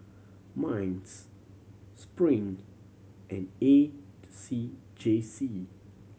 MINDS Spring and A C J C